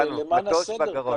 למען הסדר,